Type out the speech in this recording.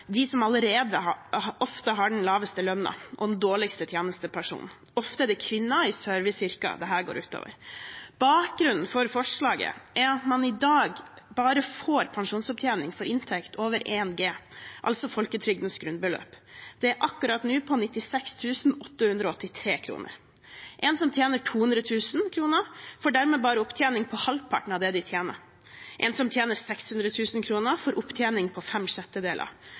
kvinner i serviceyrker dette går ut over. Bakgrunnen for forslaget er at man i dag bare får pensjonsopptjening for inntekt over 1 G, altså folketrygdens grunnbeløp. Det er akkurat nå på 96 883 kr. En som tjener 200 000 kr, får dermed opptjening for bare halvparten av det de tjener. En som tjener 600 000 kr, får opptjening for fem sjettedeler.